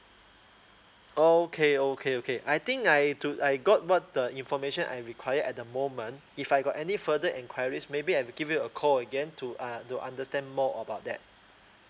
okay okay okay I think I do I got what the information I required at the moment if I got any further enquiries maybe I will give you a call again to uh to understand more about that